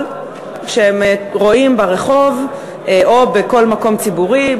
שהם רואים ברחוב או בכל מקום ציבורי,